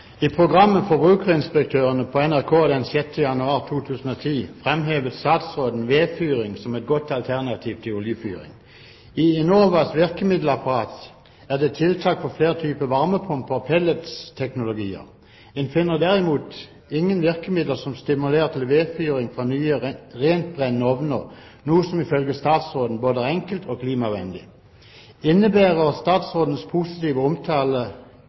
i er korrekt, for vi snakker om et marked som er så stort. «I programmet Forbrukerinspektørene på NRK den 6. januar 2010 fremhevet statsråden vedfyring som et godt alternativ til oljefyring. I Enovas virkemiddelapparat er det tiltak for flere typer varmepumper og pelletsteknologier. En finner derimot ingen virkemidler som stimulerer til vedfyring fra nye rentbrennende ovner, noe som ifølge statsråden både er enkelt og klimavennlig. Innebærer statsrådens positive